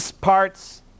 parts